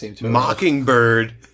Mockingbird